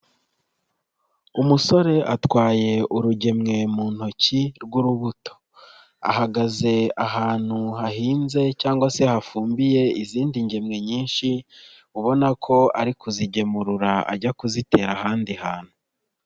Umusore atwaye urugemwe mu ntoki rw'urubuto, ahagaze ahantu hahinze cyangwa se hafumbiye izindi ngemwe nyinshi ubona ko ari kuzigemurura ajya kuzitera ahandi hantu.